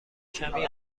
کمی